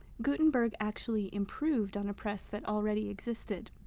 gutenberg actually improved on a press that already existed.